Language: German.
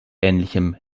ähnlichem